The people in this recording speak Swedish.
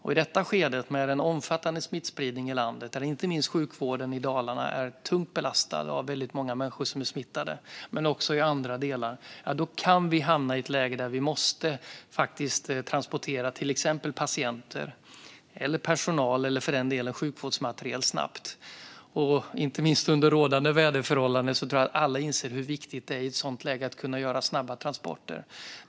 I detta skede, med en omfattande smittspridning i landet, när inte minst sjukvården i Dalarna är tungt belastad av väldigt många människor som är smittade - så är det också i andra delar - kan vi hamna i ett läge där vi måste transportera till exempel patienter, personal eller för den delen sjukvårdsmaterial snabbt. Inte minst under rådande väderförhållanden tror jag att alla inser hur viktigt det är att i ett sådant läge kunna göra snabba transporter.